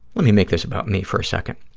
let me make this about me for a second.